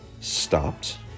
stopped